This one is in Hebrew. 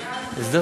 ואז,